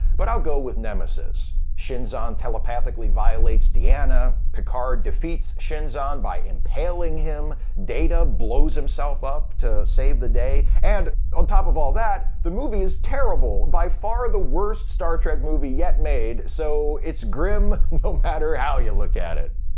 but i'll go with nemesis shinzon telepathically violates deanna, picard defeats shinzon by impaling him, data blows himself up to save the day. and on top of all that, the movie is terrible, by far the worst star trek movie yet made, so it's grim no matter how you look at it.